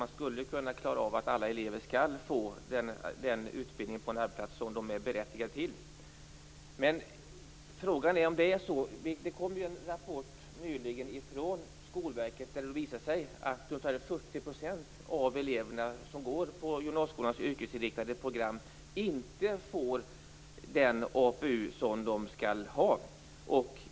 Man skulle kunna klara av att alla elever får den utbildning på en arbetsplats som de är berättigade till. Men frågan är om det blir så. Det kom en rapport nyligen från Skolverket som visar att ungefär 40 % av eleverna på gymnasieskolans yrkesinriktade program inte får den APU som de skall ha.